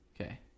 okay